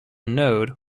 node